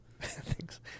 Thanks